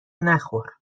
نخور